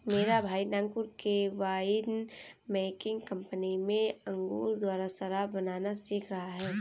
मेरा भाई नागपुर के वाइन मेकिंग कंपनी में अंगूर द्वारा शराब बनाना सीख रहा है